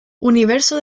universo